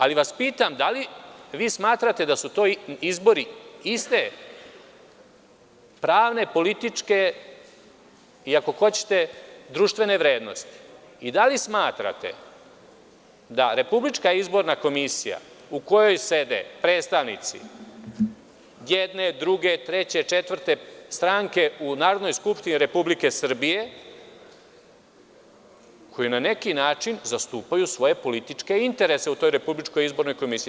Ali, da li vismatrate da su to izbori iste pravne političke i, ako hoćete društvene, vrednosti i da li smatrate da Republička izborna komisija, u kojoj sede predstavnici jedne, druge, treće, četvrte stranke u Narodnoj skupštini Republike Srbije, koji na neki način zastupaju svoje političke interese u toj Republičkoj izbornoj komisiji?